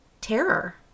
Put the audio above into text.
terror